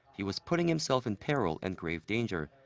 he was putting himself in peril and grave danger.